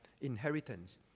inheritance